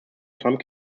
some